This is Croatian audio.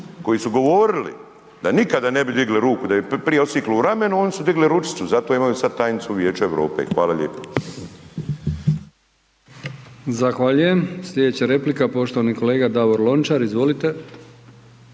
koji su govorili da nikada ne bi digli ruku da bi je prije odsjekli u ramenu, oni su digli ručicu, zato imaju sada tajnicu Vijeća Europe. Hvala lijepa.